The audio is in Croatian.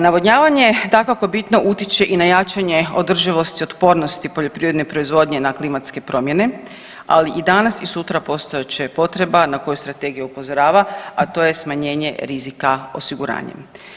Navodnjavanje dakako bitno utječe i na jačanje održivosti i otpornosti poljoprivredne proizvodnje na klimatske promjene, ali i danas i sutra postojat će potreba na koju strategija upozorava, a to je smanjenje rizika osiguranjem.